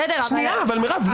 בסדר, אבל --- מירב, לא.